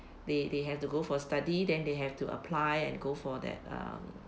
they they have to go for study than they have to apply and go for that uh